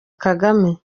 kagame